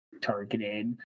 targeted